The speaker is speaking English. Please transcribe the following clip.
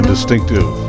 Distinctive